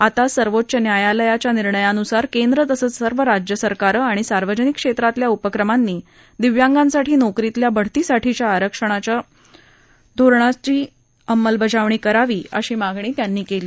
आता सर्वोच्च न्यायालयाच्या निर्णयानुसार केंद्र तसंच सर्वच राज्य सरकारं आणि सार्वजनिक क्षेत्रातल्या उपक्रमांनी दिव्यांगांसाठी नोकरीतल्या बढतीसाठीच्या आरक्षणाच्या धोरणाची अंमलबजावणी करावी अशी मागणीही त्यांनी केली